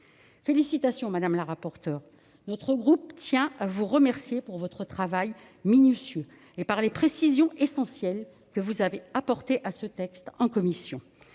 Félicitations, madame la rapporteure ! Notre groupe tient à vous remercier de votre travail minutieux et des précisions essentielles que vous avez apportées à ce texte en commission.